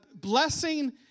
Blessing